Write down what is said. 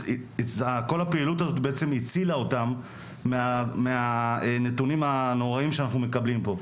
כל הפעילות הזאת בעצם הצילה אותם מהנתונים הנוראיים שאנחנו מקבלים פה.